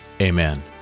Amen